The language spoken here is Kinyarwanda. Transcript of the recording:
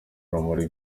urumuri